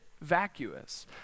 vacuous